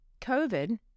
COVID